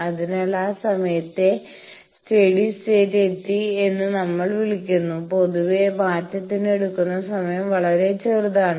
അതിനാൽ ആ സമയത്തെ സ്റ്റെഡി സ്റ്റേറ്റ് എത്തി എന്ന് നമ്മൾ വിളിക്കുന്നു പൊതുവെ മാറ്റത്തിന് എടുക്കുന്ന സമയം വളരെ ചെറുതാണ്